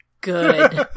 Good